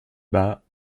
bas